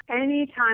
Anytime